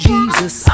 Jesus